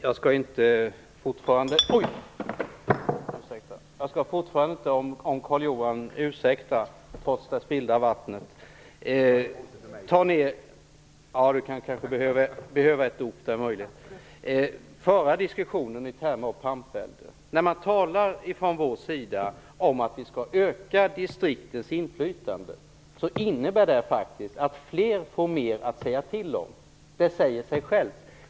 Herr talman! Om Carl-Johan Wilson ursäktar - trots det spillda vattnet - skall jag inte föra diskussionen i termer av pampvälde. När vi talar om att vi skall öka distriktens inflytande innebär det faktiskt att fler får mer att säga till om. Det säger sig självt.